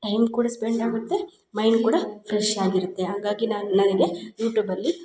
time ಕೂಡ spend ಆಗುತ್ತೆ mind ಕೂಡ ಫ್ರೆಶ್ ಆಗಿರುತ್ತೆ ಹಾಗಾಗಿ ನಾನು ನನಗೆ ಯೂಟ್ಯೂಬಲ್ಲಿ